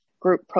group